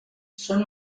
són